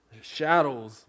shadows